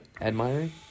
Admiring